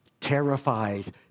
terrifies